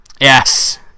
Yes